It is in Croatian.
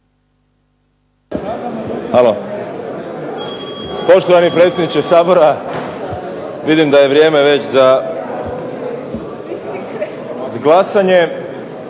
(SDP)** Poštovani predsjedniče Sabora vidim da je vrijeme već za glasanje.